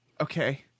Okay